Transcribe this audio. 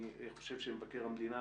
אני חושב שמבקר המדינה